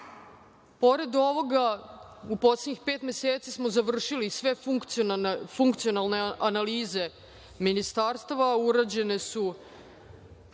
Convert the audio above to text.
ovoga, u poslednjih pet meseci smo završili sve funkcionalne analize ministarstava, urađene su